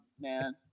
man